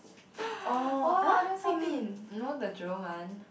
!wah! you know the Jerome one